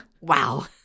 Wow